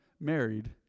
married